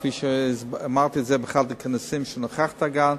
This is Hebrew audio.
כפי שאמרתי באחד הכנסים שנכחת בהם,